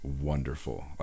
wonderful